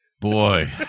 Boy